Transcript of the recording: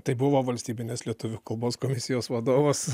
tai buvo valstybinės lietuvių kalbos komisijos vadovas